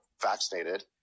vaccinated